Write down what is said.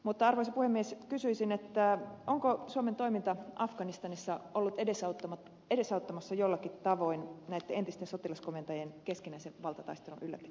mutta arvoisa puhemies kysyisin onko suomen toiminta afganistanissa ollut edesauttamassa jollakin tavoin näitten entisten sotilaskomentajien keskinäisen valtataistelun ylläpitoa